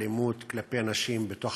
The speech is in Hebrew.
באלימות כלפי נשים בתוך